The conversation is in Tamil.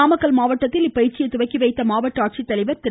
நாமக்கல் மாவட்டத்தில் இப்பயிற்சியை துவக்கி வைத்த மாவட்ட ஆட்சித்தலைவா் திரு